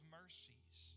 mercies